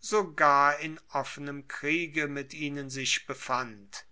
sogar in offenem kriege mit ihnen sich befand